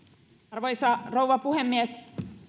arvoisa rouva puhemies